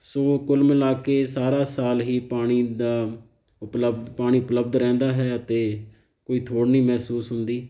ਸੋ ਕੁਲ ਮਿਲਾ ਕੇ ਸਾਰਾ ਸਾਲ ਹੀ ਪਾਣੀ ਦਾ ਉਪਲਬਧ ਪਾਣੀ ਉਪਲਬਧ ਰਹਿੰਦਾ ਹੈ ਅਤੇ ਕੋਈ ਥੋੜ੍ਹ ਨਹੀਂ ਮਹਿਸੂਸ ਹੁੰਦੀ